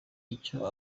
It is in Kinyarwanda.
icyo